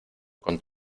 con